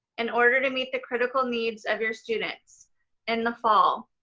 in order to meet the critical needs of your students in the fall.